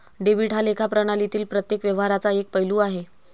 debit हा लेखा प्रणालीतील प्रत्येक व्यवहाराचा एक पैलू आहे